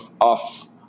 off